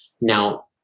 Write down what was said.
now